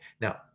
Now